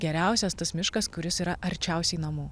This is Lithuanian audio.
geriausias tas miškas kuris yra arčiausiai namų